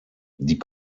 die